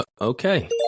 okay